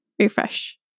refresh